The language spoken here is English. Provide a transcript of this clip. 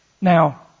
Now